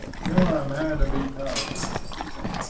you're a man to be proud of, he said.